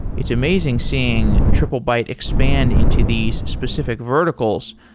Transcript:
it's amazing seeing triplebyte expand into these specific verticals,